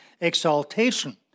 exaltation